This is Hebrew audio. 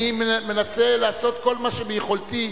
אני מנסה לעשות כל מה שביכולתי,